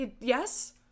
Yes